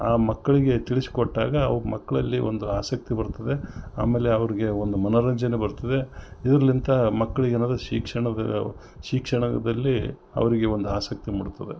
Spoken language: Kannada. ಆ ಮಕ್ಕಳಿಗೆ ತಿಳಿಸಿಕೊಟ್ಟಾಗ ಅವು ಮಕ್ಕಳಲ್ಲಿ ಒಂದು ಆಸಕ್ತಿ ಬರ್ತದೆ ಆಮೇಲೆ ಅವರಿಗೆ ಒಂದು ಮನೋರಂಜನೆ ಬರ್ತದೆ ಇದಿರ್ಲಿಂತ ಮಕ್ಕಳಿಗೆ ಏನಾರ ಶಿಕ್ಷಣದ ಶಿಕ್ಷಣದಲ್ಲಿ ಅವರಿಗೆ ಒಂದು ಆಸಕ್ತಿ ಮೂಡುತ್ತದೆ